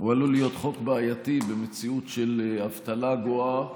הוא עלול להיות חוק בעייתי במציאות של אבטלה גואה,